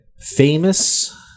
famous